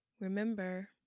remember